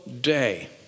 day